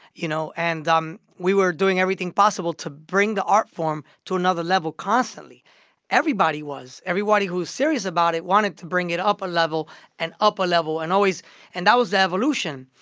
you know and um we were doing everything possible to bring the art form to another level constantly everybody was. everybody who's serious about it wanted to bring it up a level and up a level and always and that was the evolution.